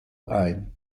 ein